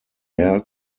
air